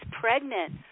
pregnant